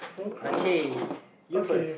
okay you first